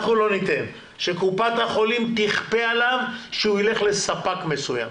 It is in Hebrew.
אנחנו לא ניתן שקופת חולים תכפה עליו שהוא יילך לספק מסוים.